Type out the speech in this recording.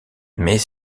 mais